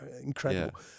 incredible